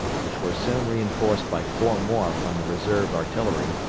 which were soon reinforced by four more from the reserve artillery,